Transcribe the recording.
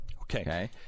Okay